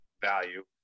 value